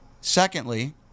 Secondly